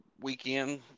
weekend